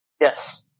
Yes